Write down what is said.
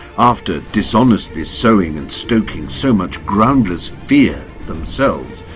after dishonestly sowing and stoking so much groundless fear themselves,